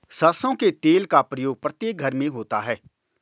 सरसों के तेल का प्रयोग प्रत्येक घर में होता है